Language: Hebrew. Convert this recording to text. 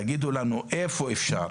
תגידו לנו איפה אפשר,